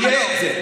שיהיה את זה.